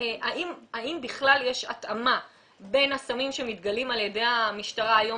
האם בכלל יש התאמה בין הסמים שמתגלים על ידי המשטרה היום